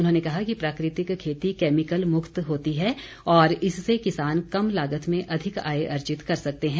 उन्होंने कहा कि प्राकृतिक खेती कैमिकल मुक्त होती है और इससे किसान कम लागत में अधिक आय अर्जित कर सकते हैं